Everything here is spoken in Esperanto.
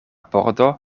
pordo